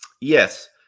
yes